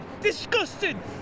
disgusting